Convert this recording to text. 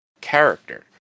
character